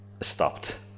stopped